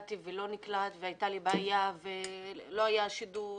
ולא נקלט והייתה בעיה ולא היה שידור,